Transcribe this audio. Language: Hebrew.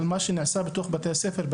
על מה שנעשה בתוך בתי הספר,